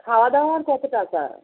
খাওয়া দাওয়ার কত টাকা